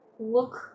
look